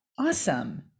awesome